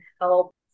help